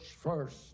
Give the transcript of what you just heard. first